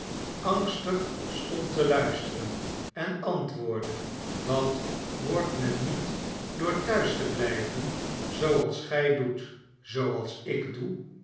angstig stond te luisteren en antwoordde dat wordt men niet door thuis te blijven zooals gij doet zooals ik doe